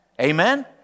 Amen